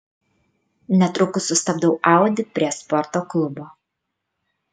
netrukus sustabdau audi prie sporto klubo